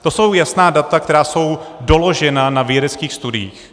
To jsou jasná data, která jsou doložena na vědeckých studiích.